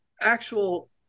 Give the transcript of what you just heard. actual